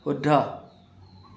শুদ্ধ